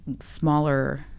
smaller